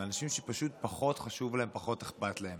הם אנשים שפחות חשוב להם, פחות אכפת להם.